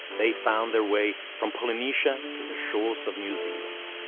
they found their way from polynesia to the shores of new zealand.